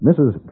Mrs